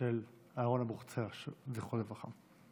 של אהרן אבוחצירא, זיכרונו לברכה.